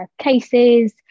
cases